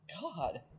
God